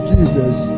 Jesus